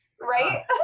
Right